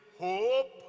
hope